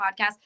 podcast